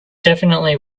definitely